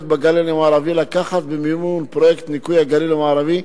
בגליל המערבי לקחת חלק במימון פרויקט ניקוי הגליל המערבי,